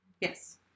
Yes